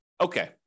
okay